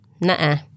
nah